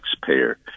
taxpayer